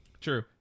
True